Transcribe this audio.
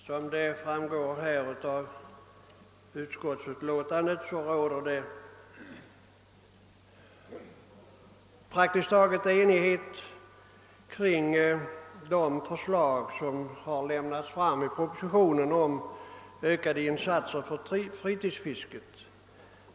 Herr talman! Som framgår av förevarande utskottsutlåtande råder det praktiskt taget enighet om propositionens förslag rörande ökade insatser för fritidsfisket.